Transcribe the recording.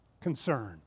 concern